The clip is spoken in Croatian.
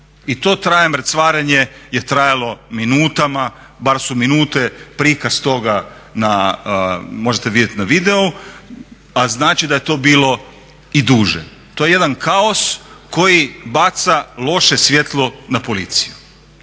I to mrcvarenje je trajalo minutama, bar su minute prikaz toga na, možete vidjeti na videu, a znači da je to bilo i duže. To je jedan kaos koji baca loše svijetlo na policiju